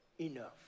enough